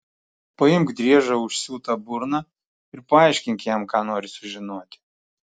paimk driežą užsiūta burna ir paaiškink jam ką nori sužinoti